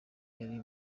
yari